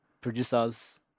producers